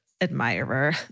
admirer